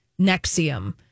Nexium